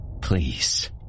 Please